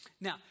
Now